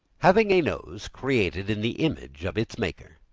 having a nose created in the image of its maker.